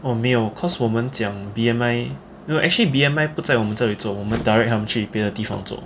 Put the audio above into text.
oh 没有 because 我们讲 B_M_I you know actually B_M_I 不在我们这里做我们 direct 他们去别的地方做